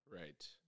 Right